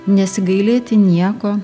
nesigailėti nieko